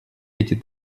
эти